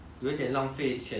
like 你会这样做 meh